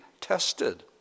tested